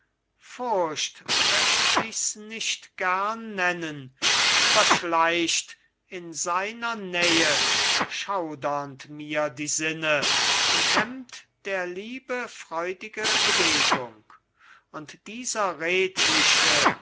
furcht möcht ichs nicht gern nennen überschleicht in seiner nähe schaudernd mir die sinne und hemmt der liebe freudige bewegung und dieser redliche